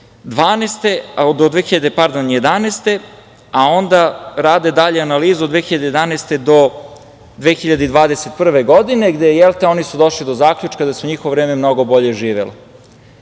2011. godine, a onda rade dalje analizu od 2011. do 2021. godine, gde, jel te, oni su došli do zaključka da se u njihovo vreme mnogo bolje